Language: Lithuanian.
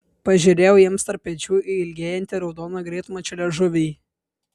pažiūrėjau jiems tarp pečių į ilgėjantį raudoną greitmačio liežuvį